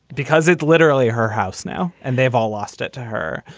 because it's literally her house now and they've all lost it to her,